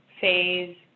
phase